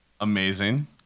amazing